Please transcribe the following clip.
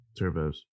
turbos